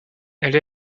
elle